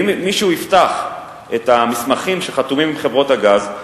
אם מישהו יפתח את המסמכים שחתומים עליהם עם חברות הגז,